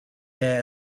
day